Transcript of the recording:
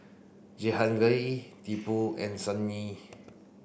Jehangirr Tipu and Sunil